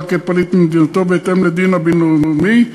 כפליט ממדינתו בהתאם לדין הבין-לאומי,